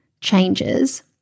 changes